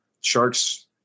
Sharks